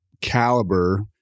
caliber